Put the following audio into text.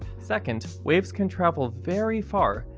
second, waves can travel very far,